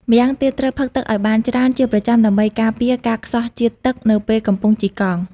ម្យ៉ាងទៀត ត្រូវផឹកទឹកឲ្យបានច្រើនជាប្រចាំដើម្បីការពារការខ្សោះជាតិទឹកនៅពេលកំពុងជិះកង់។